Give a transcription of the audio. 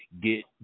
get